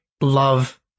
love